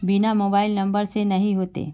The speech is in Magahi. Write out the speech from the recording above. बिना मोबाईल नंबर से नहीं होते?